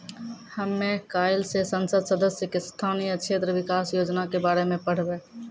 हमे काइल से संसद सदस्य के स्थानीय क्षेत्र विकास योजना के बारे मे पढ़बै